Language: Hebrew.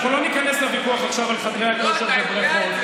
אנחנו לא ניכנס לוויכוח עכשיו על חדרי הכושר ובריכות,